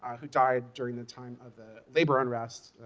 who died during the time of the labor unrest,